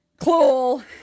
Cool